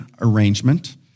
arrangement